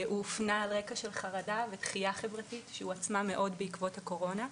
הוא הופנה על רקע של חרדה ודחייה חברתית שהועצמה מאוד בעקבות הקורונה.